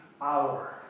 hour